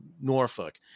Norfolk